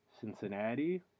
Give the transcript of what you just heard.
Cincinnati